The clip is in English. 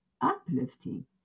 uplifting